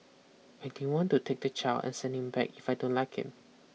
I don't want to take the child and send him back if I don't like him